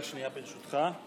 רק שנייה, ברשותך.